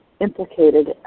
implicated